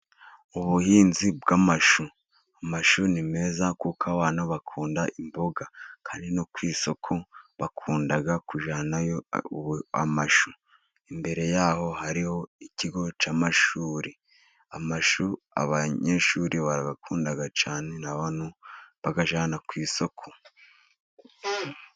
Ubuhinzi bw’amashu. Amashu ni meza kuko abantu bakunda imboga, kandi no ku isoko bakunda kujyanayo amashu. Imbere yaho, hariho ikigo cy’amashuri. Amashu abanyeshuri barayakunda cyane, n’abantu bayajyana ku isoko.